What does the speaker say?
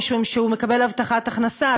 משום שהוא מקבל הבטחת הכנסה,